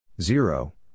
zero